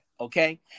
Okay